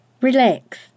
relax